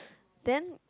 then